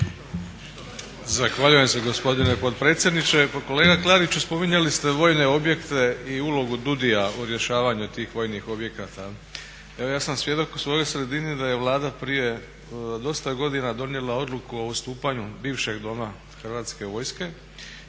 Zahvaljujem se gospodine potpredsjedniče. Pa kolega Klariću, spominjali ste vojne objekte i ulogu DUDI-a u rješavanju tih vojnih objekata, evo ja sam svjedok u svojoj sredini da je Vlada prije dosta godina donijela odluku o ustupanju bivšeg doma Hrvatske vojske